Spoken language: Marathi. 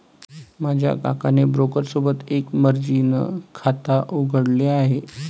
माझ्या काकाने ब्रोकर सोबत एक मर्जीन खाता उघडले आहे